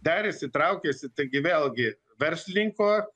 derisi traukiasi taigi vėlgi verslininko